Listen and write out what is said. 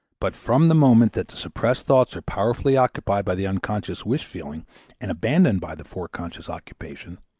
but from the moment that the suppressed thoughts are powerfully occupied by the unconscious wish-feeling and abandoned by the foreconscious occupation,